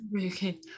Okay